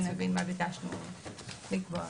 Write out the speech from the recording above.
ונבין מה ביקשנו לקבוע.